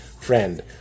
friend